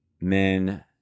men